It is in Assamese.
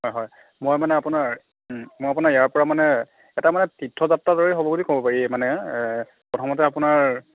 হয় হয় মই মানে আপোনাৰ মই আপোনাৰ ইয়াৰ পৰা মানে এটা মানে তীৰ্থযাত্ৰাৰ দৰে হ'ব বুলি ক'ব পাৰি মানে প্ৰথমতে আপোনাৰ